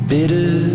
Bitter